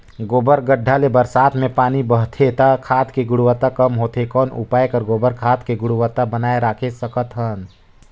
गोबर गढ्ढा ले बरसात मे पानी बहथे त खाद के गुणवत्ता कम होथे कौन उपाय कर गोबर खाद के गुणवत्ता बनाय राखे सकत हन?